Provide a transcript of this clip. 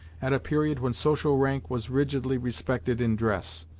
at a period when social rank was rigidly respected in dress.